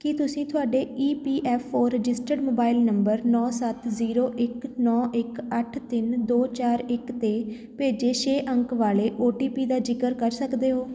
ਕੀ ਤੁਸੀਂ ਤੁਹਾਡੇ E P F O registered mobile number ਨੌ ਸੱਤ ਜ਼ੀਰੋ ਇੱਕ ਨੌ ਇੱਕ ਅੱਠ ਤਿੰਨ ਦੋ ਚਾਰ ਇੱਕ 'ਤੇ ਭੇਜੇ ਛੇ ਅੰਕ ਵਾਲੇ ਓ ਟੀ ਪੀ ਦਾ ਜ਼ਿਕਰ ਕਰ ਸਕਦੇ ਹੋ